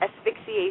Asphyxiation